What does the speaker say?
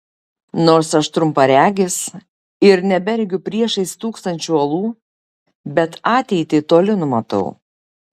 nors aš trumparegis ir neberegiu priešais stūksančių uolų bet ateitį toli numatau